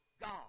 God